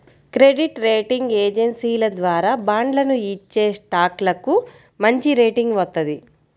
credit rating ఏజెన్సీల ద్వారా బాండ్లను ఇచ్చేస్టాక్లకు మంచిరేటింగ్ వత్తది